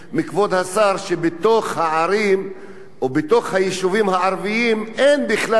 שבתוך הערים או בתוך היישובים הערביים אין בכלל תחבורה ציבורית,